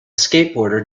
skateboarder